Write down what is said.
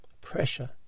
Pressure